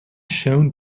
shown